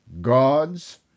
God's